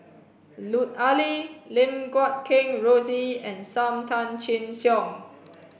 Lut Ali Lim Guat Kheng Rosie and Sam Tan Chin Siong